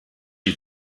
wie